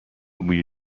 بوی